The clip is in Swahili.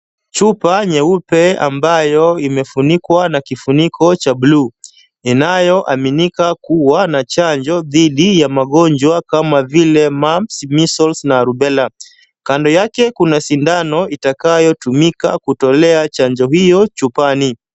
Chupa nyeupe ambayo imefunikwa na kifuniko cha bluu, inayoaminika kuwa na chanjo dhidi ya magonjwa kama vile mumps, measles, na rubella. Kando yake kuna sindano itakayotumika kutolea chanjo hiyo chupani.